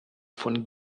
von